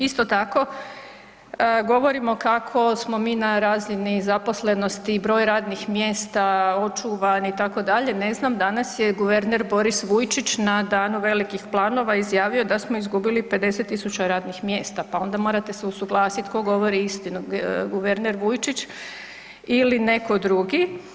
Isto tako govorimo kako smo mi na razini zaposlenosti i broj radnih mjesta očuvan itd., ne znam danas je guverner Boris Vujčić na danu velikih planova izjavio da smo izgubili 50 000 radnih mjesta, pa onda morate se usuglasit tko govori istinu, guverner Vujčić ili neko drugi.